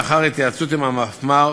לאחר התייעצות עם המפמ"ר